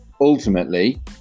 ultimately